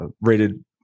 rated